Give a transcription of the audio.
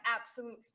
absolute